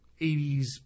80s